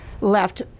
left